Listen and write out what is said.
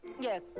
Yes